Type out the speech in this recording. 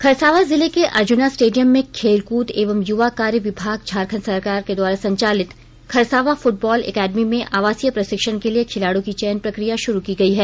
खरसावां जिले के अर्जुना स्टेडियम में खेलकूद एवं युवा कार्य विभाग झारखंड सरकार के द्वारा संचालित खरसावां फ़टबॉल एकेडमी में आवासीय प्रशिक्षण के लिए खिलाड़ियों की चयन प्रक्रिया शुरू की गई है